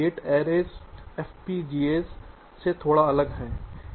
gate arrays FPGAs से थोड़ा अलग हैं